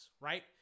right